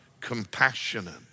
compassionate